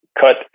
cut